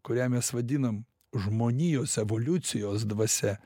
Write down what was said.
kurią mes vadinam žmonijos evoliucijos dvasia